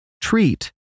Treat